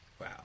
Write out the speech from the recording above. Wow